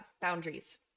boundaries